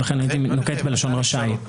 לכן הייתי נוקט בלשון "רשאי".